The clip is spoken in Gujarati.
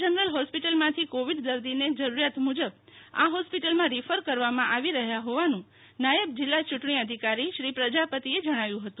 જનરલ હોસ્પિટલ માંથી કોવીડ દર્દિઆઓને જેઉરિયાત મુજબ આ હોસ્પીટલમાં રીફર કરવામાં આવી રહ્યા હોવાનું નાયબ જીલ્લા યુંટણી અધિકારી શ્રી પ્રજાપતિએ જણવ્યું હતું